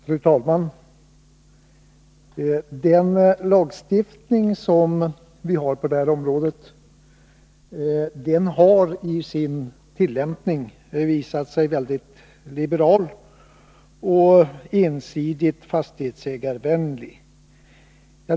Fru talman! Den lagstiftning som vi har på det här området har vid tillämpningen visat sig mycket liberal och ensidigt fastighetsägarvänlig.